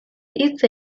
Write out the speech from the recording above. hitz